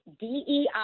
DEI